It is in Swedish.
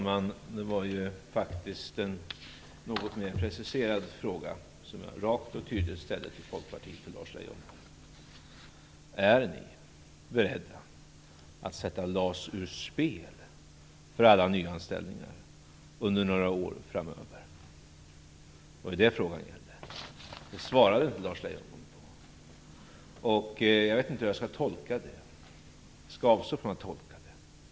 Fru talman! Nu var det en något mer preciserad fråga som jag rakt och tydligt ställde till Folkpartiet och Lars Leijonborg. Är ni beredda att sätta LAS ur spel för alla nyanställningar under några år framöver? Det är vad frågan gällde. Det svarade inte Lars Leijonborg på. Jag vet inte hur jag skall tolka det. Jag skall avstå från att tolka det.